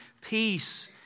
peace